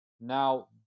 Now